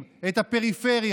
רבותיי,